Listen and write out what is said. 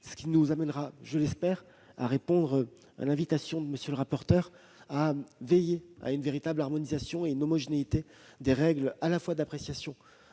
ce qui nous amènera, je l'espère, à répondre à l'invitation de M. le rapporteur à veiller à une véritable harmonisation et homogénéité des règles d'appréciation